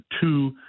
two